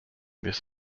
this